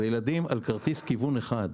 הם בכרטיס כיוון אחד.